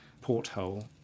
porthole